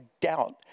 doubt